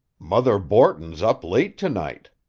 mother borton's up late to-night,